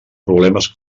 problemes